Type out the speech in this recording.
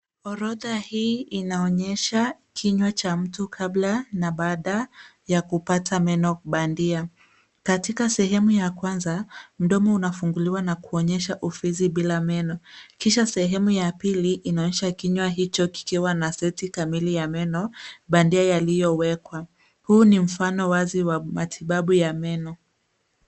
Orodha hii inaonyesha kinywa cha mtu kabla na baadae ya kupata meno bandia. Katika sehemu ya kwanza mdomo unafunguliwa na ufizi bila meno. Kisha sehemu ya pili, kinaonyesha kinywa hicho kikiwa na seti kamili ya meno bandia yaliyowekwa. Huu ni mfano wazi wa matibabu ya meno.